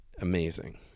amazing